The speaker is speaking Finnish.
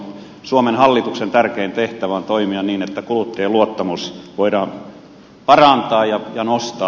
suomen hallituksen tärkein tehtävä on toimia niin että kuluttajien luottamusta voidaan parantaa ja nostaa